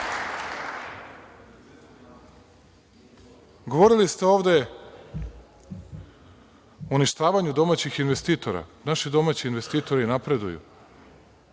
izbora. Govorili ste ovde o uništavanju domaćih investitora. Naši domaći investitori napreduju,